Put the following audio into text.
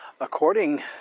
According